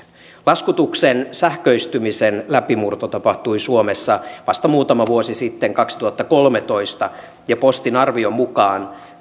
laskutuksen sähköistymisen läpimurto tapahtui suomessa vasta muutama vuosi sitten kaksituhattakolmetoista ja postin arvion mukaan